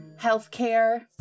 healthcare